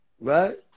right